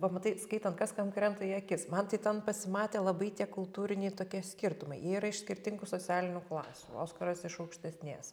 pamatai skaitant kas kam krenta į akis man tai ten pasimatė labai tie kultūriniai tokie skirtumai jie yra iš skirtingų socialinių klasių oskaras iš aukštesnės